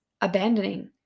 abandoning